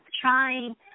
trying